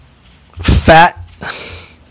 fat